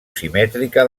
simètrica